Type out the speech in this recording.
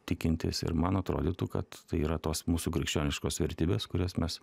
tikintis ir man atrodytų kad tai yra tos mūsų krikščioniškos vertybės kurias mes